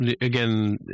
again